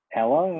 Hello